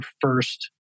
first